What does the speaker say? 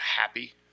happy